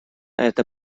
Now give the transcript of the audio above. это